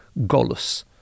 gollus